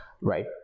right